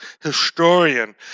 historian